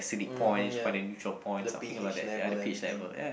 mmhmm yup the p_h level everything